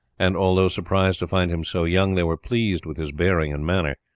and although surprised to find him so young, they were pleased with his bearing and manner,